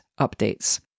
updates